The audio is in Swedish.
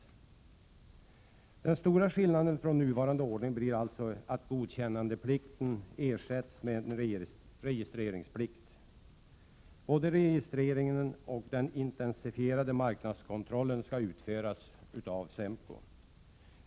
Den stora skillnaden från nuvarande ordning blir alltså att godkännandeplikten ersätts med registreringsplikt. Både registreringen och den intensifierade marknadskontrollen skall utföras av SEMKO.